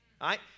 right